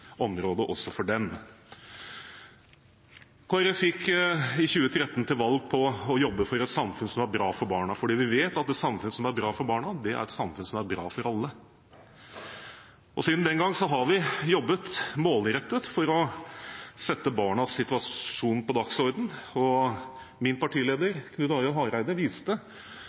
område også for dem. Kristelig Folkeparti gikk i 2013 til valg på å jobbe for et samfunn som er bra for barna, for vi vet at et samfunn som er bra for barna, er et samfunn som er bra for alle. Siden den gang har vi jobbet målrettet for å sette barnas situasjon på dagsordenen, og min partileder, Knut Arild Hareide, viste